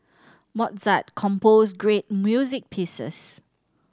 mozart composed great music pieces